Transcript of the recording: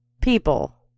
people